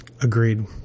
Agreed